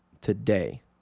today